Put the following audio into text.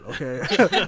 okay